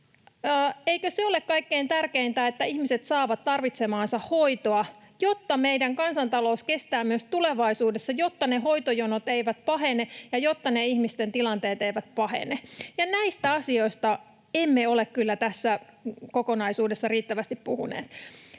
Eikö se ole kaikkein tärkeintä, että ihmiset saavat tarvitsemaansa hoitoa, jotta meidän kansantalous kestää myös tulevaisuudessa, jotta ne hoitojonot eivät pahene ja jotta ne ihmisten tilanteet eivät pahene? Näistä asioista emme ole kyllä tässä kokonaisuudessa riittävästi puhuneet.